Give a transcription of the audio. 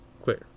clear